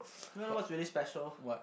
do you want to know what's really special